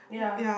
yeah